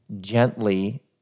gently